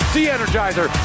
De-Energizer